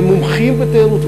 הם מומחים בתיירות,